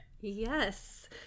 Yes